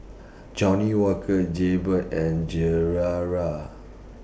Johnnie Walker Jaybird and